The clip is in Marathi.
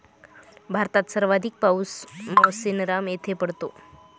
भारतात सर्वाधिक पाऊस मानसीनराम येथे पडतो